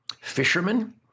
fishermen